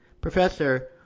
Professor